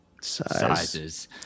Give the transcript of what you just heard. sizes